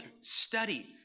Study